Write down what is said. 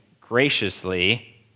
graciously